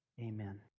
amen